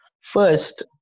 First